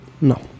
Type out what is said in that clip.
No